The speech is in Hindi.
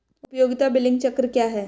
उपयोगिता बिलिंग चक्र क्या है?